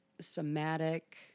somatic